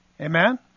Amen